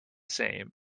same